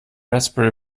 raspberry